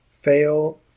fail